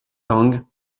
tang